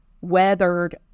weathered